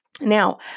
Now